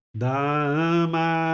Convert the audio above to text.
dama